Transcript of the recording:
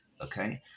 Okay